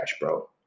bro